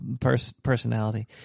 personality